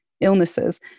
illnesses